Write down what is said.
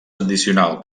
addicional